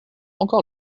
encore